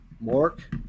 Mark